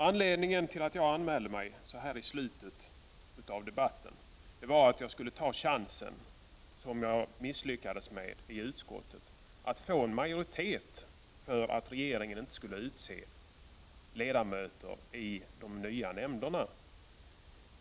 Anledningen till att jag anmälde mig så här i slutet av debatten är att jag ville ta chansen, som jag misslyckades med i utskottet, att få en majoritet för att regeringen inte skall utse ledamöter i de nya nämnderna.